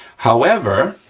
however,